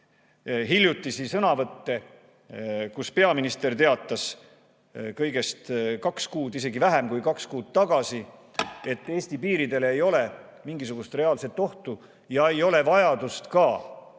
hiljutisi sõnavõtte, kus peaminister teatas kõigest kaks kuud, isegi vähem kui kaks kuud tagasi, et Eesti piiridele ei ole mingisugust reaalset ohtu ja ei ole vajadust ka